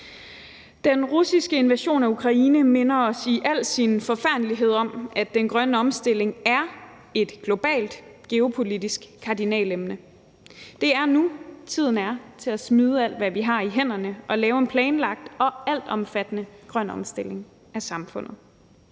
Den russiske invasion af Ukraine minder os i al sin forfærdelighed om, at den grønne omstilling er et globalt geopolitisk kardinalpunkt. Det er nu, tiden er til at smide alt, hvad vi har i hænderne, og lave en planlagt og altomfattende grøn omstilling af samfundet.